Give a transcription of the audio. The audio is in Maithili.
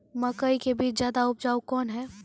मकई के बीज ज्यादा उपजाऊ कौन है?